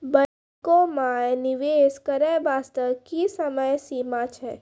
बैंको माई निवेश करे बास्ते की समय सीमा छै?